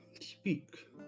speak